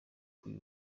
kuri